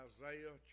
Isaiah